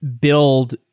build